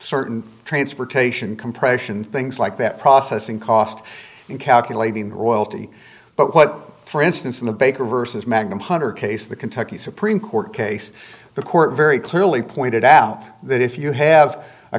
certain transportation compression things like that processing cost in calculating the royalty but what for instance in the baker vs magnum hunter case the kentucky supreme court case the court very clearly pointed out that if you have a